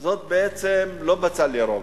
זה בעצם לא בצל ירוק,